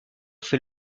fait